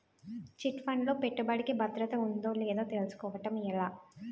Chit fund లో పెట్టుబడికి భద్రత ఉందో లేదో తెలుసుకోవటం ఎలా?